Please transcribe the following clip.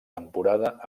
temporada